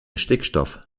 stickstoff